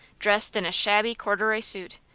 dressed in a shabby corduroy suit,